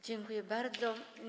Dziękuję bardzo.